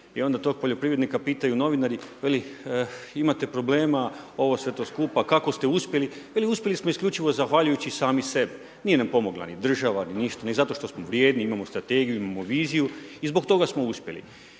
i onda tog poljoprivrednika pitaju novinari, veli, imate problema, ovo sve to skupa, kako ste uspjeli? Veli uspjeli smo isključivo zahvaljujući sami sebi. Nije nam pomogla ni država ni ništa, ni zato što smo vrijedni, imamo strategiju, imamo viziju i zbog toga smo uspjeli.